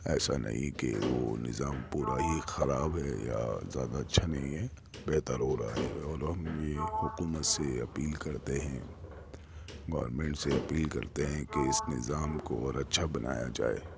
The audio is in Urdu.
ایسا نہیں کہ وہ نظام پورا ہی خراب ہے یا زیادہ اچھا نہیں ہے بہتر ہو رہا ہے اور ہم یہ حکومت سے اپیل کرتے ہیں گورمیںٹ سے اپیل کرتے ہیں کہ اس نظام کو اور اچھا بنایا جائے